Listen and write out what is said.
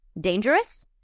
dangerous